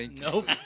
Nope